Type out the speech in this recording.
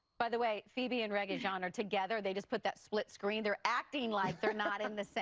by the way, phoebe and reg jean are together. they just put that split screen. they're acting like they're not in the same